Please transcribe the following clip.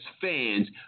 fans